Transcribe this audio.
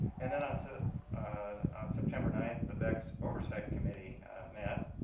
and then on so ah on september ninth the bex oversight committee met.